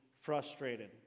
frustrated